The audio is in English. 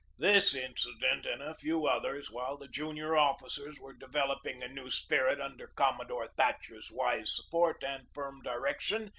this incident and a few others, while the junior officers were developing a new spirit under commo dore thatcher's wise support and firm direction,